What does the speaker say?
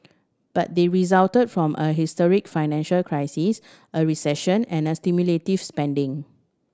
but they resulted from a historic financial crisis a recession and a stimulative spending